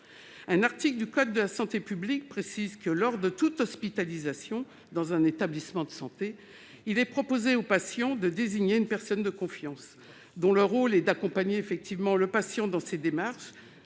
Un article du code de la santé publique précise que « lors de toute hospitalisation dans un établissement de santé [...], il est proposé au patient de désigner une personne de confiance », dont le rôle est d'accompagner le patient dans ses démarches